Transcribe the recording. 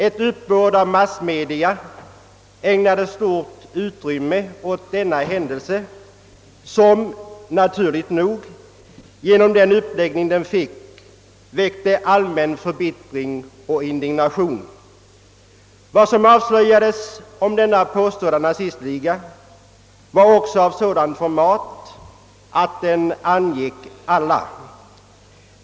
Ett uppbåd av massmedia ägnade stort utrymme åt denna händelse, som naturligt nog genom den uppläggning den fick väckte allmän förbittring och indignation. Vad som avslöjades om denna påstådda nazistliga var också av sådant format att det angick alla.